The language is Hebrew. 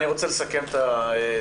אני רוצה לסכם את הדיון.